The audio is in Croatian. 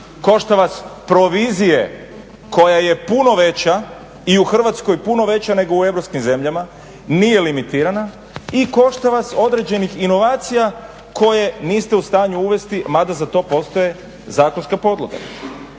košta vas provizije koja je puno veća i u Hrvatskoj puno veća nego u europskim zemljama, nije limitirana i košta vas određenih inovacija koje niste u stanju uvesti mada za to postoje zakonske podloge.